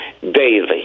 daily